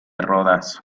rodas